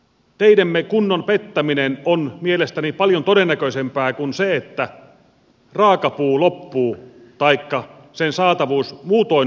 teidemme kunnon pettäminen on mielestäni paljon todennäköisempää kuin se että raakapuu loppuu taikka sen saatavuus muutoin vaikeutuisi